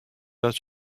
dat